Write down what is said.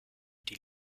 die